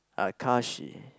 uh Kashi